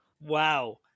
Wow